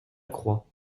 croix